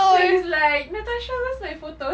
ya he's like natasha where's my photos